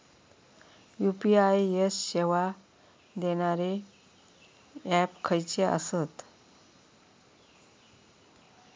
UPI सेवा देणारे app खयचे आसत?